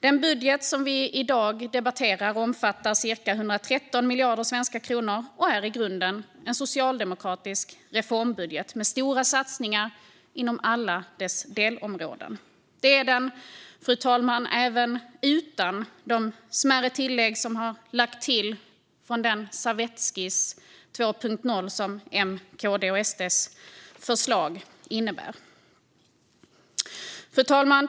Den budget som vi i dag debatterar omfattar cirka 113 miljarder svenska kronor och är i grunden en socialdemokratisk reformbudget med stora satsningar inom alla sina delområden. Det är den, fru talman, även utan de smärre tillägg som lagts till genom den servettskiss 2.0 som var M:s, KD:s och SD:s förslag. Fru talman!